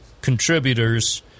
contributors –